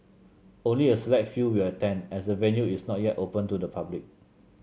only a select few will attend as the venue is not yet open to the public